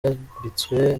yambitswe